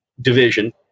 Division